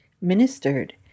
ministered